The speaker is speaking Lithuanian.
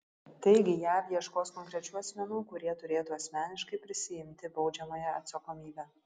taigi jav ieškos konkrečių asmenų kurie turėtų asmeniškai prisiimti baudžiamąją atsakomybę